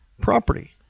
property